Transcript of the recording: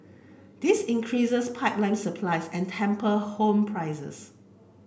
this increases pipeline supply and taper home prices